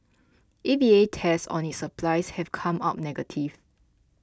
A V A tests on its supplies have come up negative